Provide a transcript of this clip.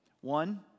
One